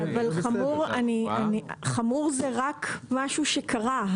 אבל "חמור" זה רק משהו שקרה.